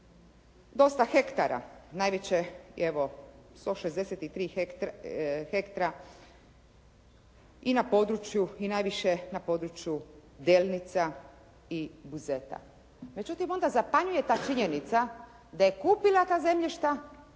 163 hektara i na području i najviše na području Delnica i Buzeta. Međutim, onda zapanjuje ta činjenica da je kupila ta zemljišta